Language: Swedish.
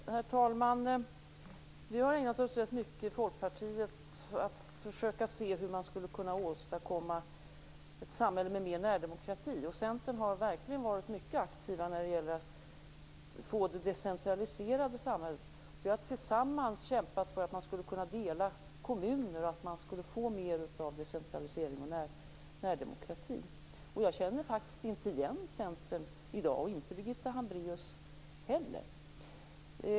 Herr talman! Vi i Folkpartiet har ägnat oss ganska mycket åt att försöka se hur man skulle kunna åstadkomma ett samhälle med mer närdemokrati. Centern har verkligen varit mycket aktivt för att åstadkomma det decentraliserade samhället. Tillsammans har vi kämpat för att man skulle kunna dela kommuner och att man skulle få mer decentralisering och närdemokrati. Jag känner faktiskt inte igen Centern i dag, och inte Birgitta Hambraeus heller.